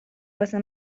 واسه